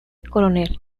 coronel